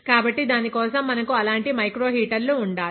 కాబట్టి దాని కోసం మనకు అలాంటి మైక్రో హీటర్లు ఉండాలి